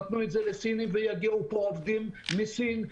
נתנו את זה לסינים ויגיעו לפה עובדים מסין,